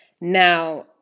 Now